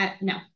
no